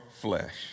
flesh